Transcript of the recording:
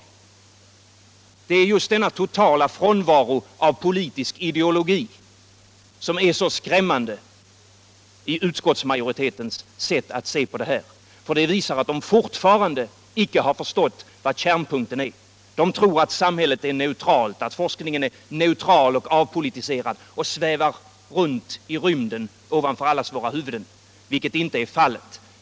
Det är just denna totala frånvaro av politisk ideologi som är så skrämmande i utskottsmajoritetens sätt att se på denna fråga. Det visar att man fortfarande inte har förstått kärnpunkten. Man tror att samhället är neutralt, forskningen neutral och opolitiserad och svävar runt i rymden ovanför allas våra huvuden. Men detta är inte fallet.